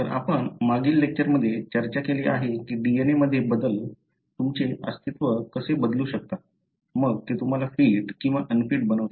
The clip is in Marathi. तर आपण मागील लेक्चरमध्ये चर्चा केली आहे की DNA मधील बदल तुमचे अस्तित्व कसे बदलू शकतात मग ते तुम्हाला फिट किंवा अनफिट बनवतात